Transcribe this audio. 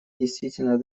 действительной